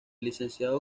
licenciado